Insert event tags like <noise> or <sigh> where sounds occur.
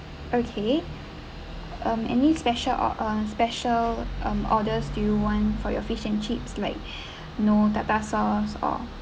okay um any special or uh special um order do you want for your fish and chips like <breath> no tartar sauce or